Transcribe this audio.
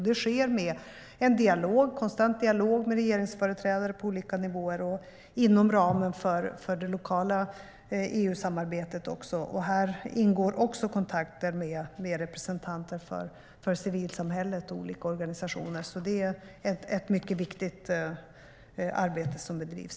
Det sker genom en konstant dialog med regeringsföreträdare på olika nivåer och inom ramen för det lokala EU-samarbetet. Här ingår också kontakter med representanter för civilsamhället och olika organisationer. Det är ett mycket viktigt arbete som bedrivs.